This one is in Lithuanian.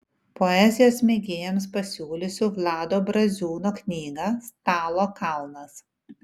poezijos mėgėjams pasiūlysiu vlado braziūno knygą stalo kalnas